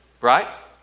right